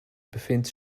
bevindt